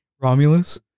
Romulus